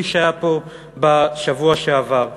כפי שהיה פה בשבוע שעבר.